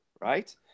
right